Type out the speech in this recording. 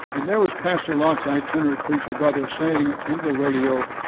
and there was pastor lott's itinerant preacher brother saying into the radio,